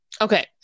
Okay